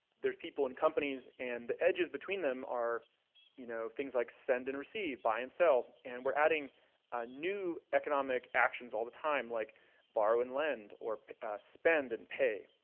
there's people in companies and the edges between them are you know, things like send and receive, buy and sell. and we're adding new economic actions all the time like borrow and lend, or spend and pay.